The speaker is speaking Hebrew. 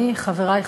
חברי,